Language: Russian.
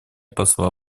посла